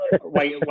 wait